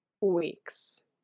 weeks